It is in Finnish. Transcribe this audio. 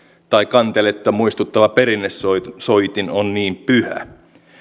tai kanteletta muistuttava perinnesoitin on niin pyhä